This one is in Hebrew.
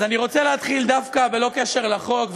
אז אני רוצה להתחיל דווקא בלא קשר לחוק,